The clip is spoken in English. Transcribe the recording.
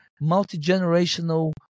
multi-generational